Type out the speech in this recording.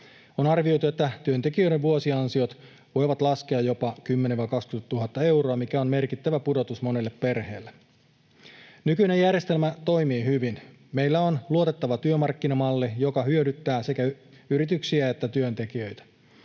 On arvioitu, että työntekijöiden vuosiansiot voivat laskea jopa 10 000—20 000 euroa, mikä on merkittävä pudotus monelle perheelle. Nykyinen järjestelmä toimii hyvin. Meillä on luotettava työmarkkinamalli, joka hyödyttää sekä yrityksiä että työntekijöitä.